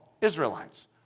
Israelites